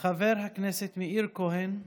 חבר הכנסת מאיר כהן,